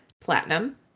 platinum